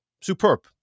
superb